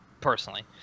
Personally